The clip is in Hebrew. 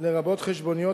לרבות חשבוניות,